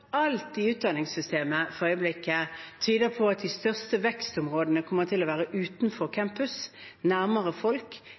Alt i utdanningssystemet for øyeblikket tyder på at de største vekstområdene kommer til å være utenfor